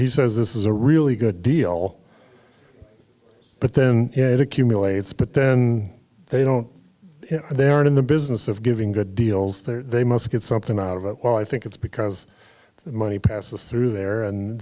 he says this is a really good deal but then it accumulates but then they don't they are in the business of giving good deals there they must get something out of it well i think it's because the money passes through there and